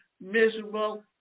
miserable